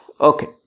Okay